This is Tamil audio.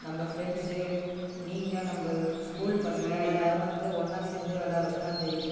நம்ம ஃப்ரெண்ட்ஸ் நீங்கள் நம்ம ஸ்கூல் பசங்க எல்லாரும் வந்து ஒன்றா சேர்ந்து விளையாடுறது தான் அந்த இது